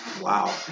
Wow